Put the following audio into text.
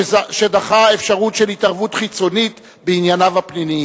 שדחה אפשרות של התערבות חיצונית בענייניו הפנימיים.